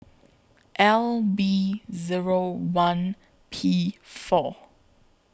L B Zero one P four